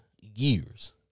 years